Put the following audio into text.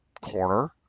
corner